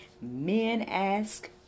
men-ask